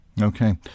Okay